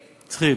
צריכים.